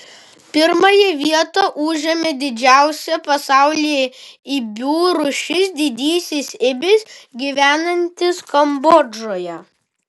pirmąją vietą užėmė didžiausia pasaulyje ibių rūšis didysis ibis gyvenantis kambodžoje